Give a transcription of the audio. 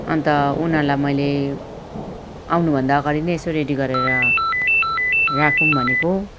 अन्त उनीहरूलाई मैले आउनुभन्दा अगाडि नै यसो रेडी गरेर राखौँ भनेको